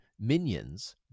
minions